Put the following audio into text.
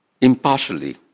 impartially